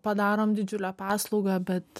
padarom didžiulę paslaugą bet